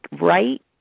right